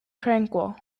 tranquil